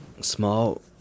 Small